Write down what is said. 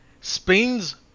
spain's